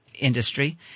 industry